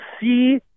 See